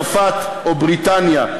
צרפת או בריטניה,